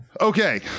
okay